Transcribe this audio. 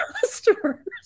customers